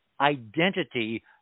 identity